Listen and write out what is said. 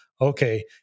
okay